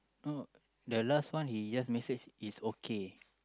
oh the last one he just message is okay